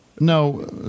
No